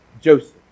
Joseph